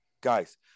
Guys